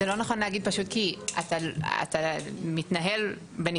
זה לא נכון להגיד כי אתה מתנהל בנפרד